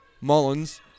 Mullins